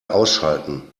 ausschalten